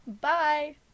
bye